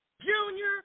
Junior